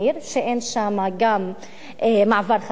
אין שם גם מעבר חצייה,